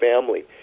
family